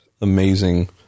amazing